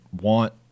want